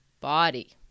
body